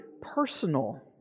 personal